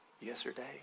yesterday